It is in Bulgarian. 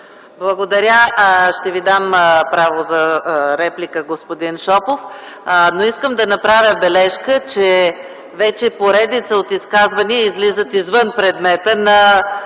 Благодаря. Ще Ви дам право за реплика, господин Шопов, но преди това искам да направя бележка, че вече поредица от изказвания излизат извън предмета на